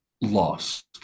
lost